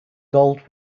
gold